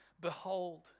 Behold